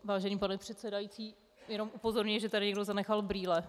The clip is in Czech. Vážený pane předsedající, jenom upozorňuji, že tady někdo zanechal brýle.